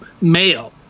male